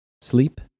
Sleep